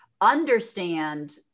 Understand